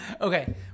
Okay